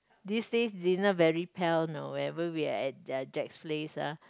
these days Zena very pale know whenever we had Jack's place ah